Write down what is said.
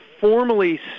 formally